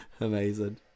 Amazing